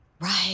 Right